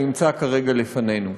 שנמצא כרגע לפנינו.